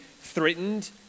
threatened